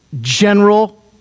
General